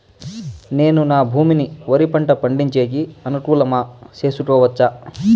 నేను నా భూమిని వరి పంట పండించేకి అనుకూలమా చేసుకోవచ్చా?